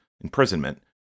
imprisonment